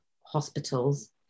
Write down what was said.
hospitals